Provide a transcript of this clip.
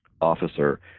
officer